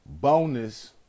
bonus